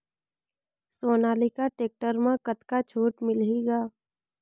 Sonalika tractor म कतका छूट मिलही ग?